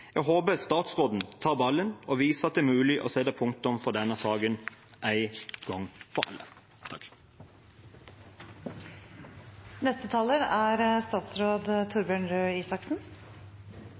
Jeg håper statsråden tar ballen og viser at det er mulig å sette punktum for denne saken en gang for alle. Først vil jeg si tusen takk